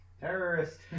Terrorist